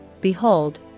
behold